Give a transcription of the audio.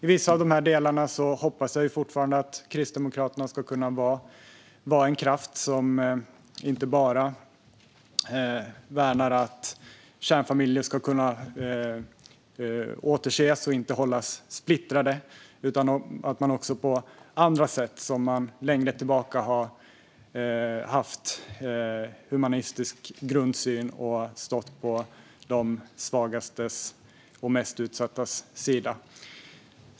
I vissa av delarna hoppas jag fortfarande att Kristdemokraterna ska kunna vara en kraft som inte bara värnar att kärnfamiljer ska kunna återförenas i stället för att hållas splittrade utan också har en humanistisk grundsyn - vilket man har haft längre tillbaka - och står på de svagastes och mest utsattas sida.